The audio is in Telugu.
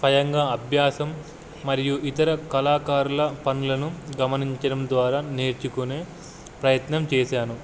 స్పయంగా అభ్యాసం మరియు ఇతర కళాకారుల పనులను గమనించడం ద్వారా నేర్చుకునే ప్రయత్నం చేశాను